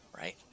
right